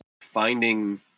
Finding